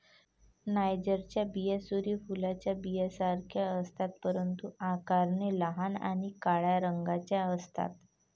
नायजरच्या बिया सूर्य फुलाच्या बियांसारख्याच असतात, परंतु आकाराने लहान आणि काळ्या रंगाच्या असतात